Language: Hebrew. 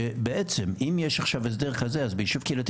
שבעצם אם יש עכשיו הסדר כזה אז בישוב קהילתי